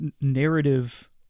narrative